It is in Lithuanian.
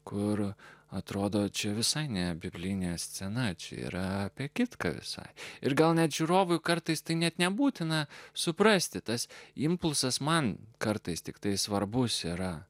kur atrodo čia visai ne biblinė scena čia yra apie kitką ir gal net žiūrovui kartais tai net nebūtina suprasti tas impulsas man kartais tiktai svarbus yra